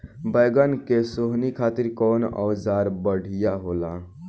बैगन के सोहनी खातिर कौन औजार बढ़िया होला?